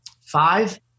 five